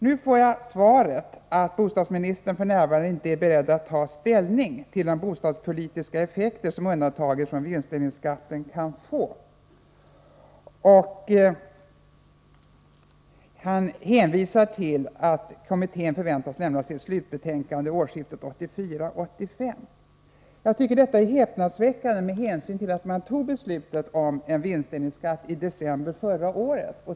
Nu får jag svaret att bostadsministern f. n. inte är beredd att ta ställning till de bostadspolitiska effekter som undantagande från vinstdelningsskatten kan få. Han hänvisar till att bostadskommittén förväntas lämna sitt slutbetänkande vid årsskiftet 1984-1985. Detta är häpnadsväckande, med hänsyn till att man fattade beslutet om vinstdelningsskatt i december förra året.